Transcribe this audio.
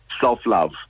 self-love